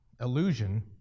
illusion